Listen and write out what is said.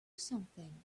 something